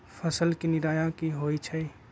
फसल के निराया की होइ छई?